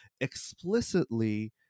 explicitly